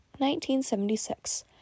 1976